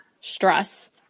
stress